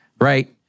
right